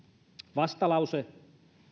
vastalause